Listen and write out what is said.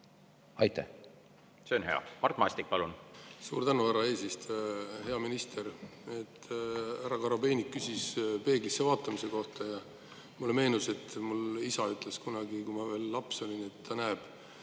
toonud. See on hea. Mart Maastik, palun! Suur tänu, härra eesistuja! Hea minister! Härra Korobeinik küsis peeglisse vaatamise kohta ja mulle meenus, et mul isa ütles kunagi, kui ma veel laps olin, et ta näeb